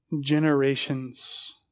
generations